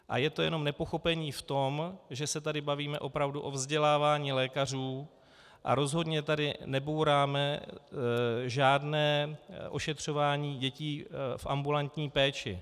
A je to jenom nepochopení v tom, že se tady bavíme opravdu o vzdělávání lékařů a rozhodně tady nebouráme žádné ošetřování dětí v ambulantní péči.